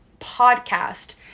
podcast